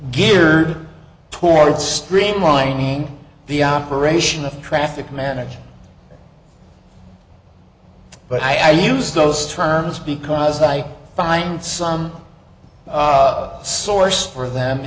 geared toward streamlining the operation of traffic management but i use those terms because i find some source for them